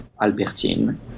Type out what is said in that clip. Albertine